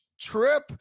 trip